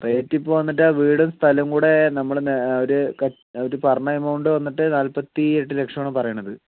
right ഇപ്പോൾ വന്നിട്ട് ആ വീടും സ്ഥലവും കൂടെ നമ്മള് ഒര് ക അവര് പറഞ്ഞ എമൗണ്ട് വന്നിട്ട് നാൽപ്പത്തിയെട്ട് ലക്ഷമാണ് പറയണത്